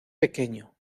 pequeño